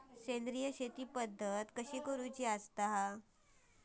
सेंद्रिय शेती पद्धत कशी असता?